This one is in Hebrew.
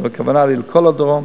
אבל הכוונה היא לכל הדרום.